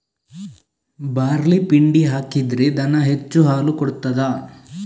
Barley ಪಿಂಡಿ ಹಾಕಿದ್ರೆ ದನ ಹೆಚ್ಚು ಹಾಲು ಕೊಡ್ತಾದ?